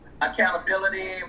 accountability